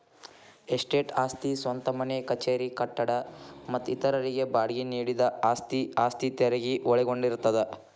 estate ಆಸ್ತಿ ಸ್ವಂತ ಮನೆ ಕಚೇರಿ ಕಟ್ಟಡ ಮತ್ತ ಇತರರಿಗೆ ಬಾಡ್ಗಿ ನೇಡಿದ ಆಸ್ತಿ ಆಸ್ತಿ ತೆರಗಿ ಒಳಗೊಂಡಿರ್ತದ